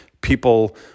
people